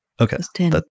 Okay